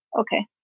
okay